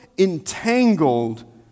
Entangled